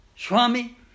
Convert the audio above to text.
Swami